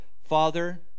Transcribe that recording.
Father